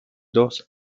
dos